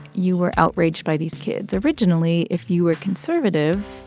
you were outraged by these kids. originally, if you were conservative,